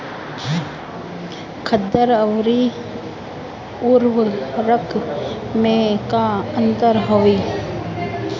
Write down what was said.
खादर अवरी उर्वरक मैं का अंतर हवे?